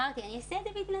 אני אעשה את זה בהתנדבות,